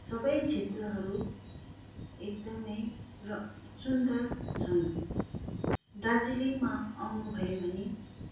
सबै क्षेत्रहरू एकदमै र सुन्दर छन् दार्जिलिङमा आउनु भयो भने